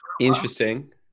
interesting